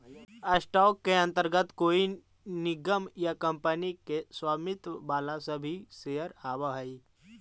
stock के अंतर्गत कोई निगम या कंपनी के स्वामित्व वाला सभी शेयर आवऽ हइ